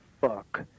fuck